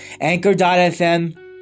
Anchor.fm